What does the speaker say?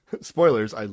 Spoilers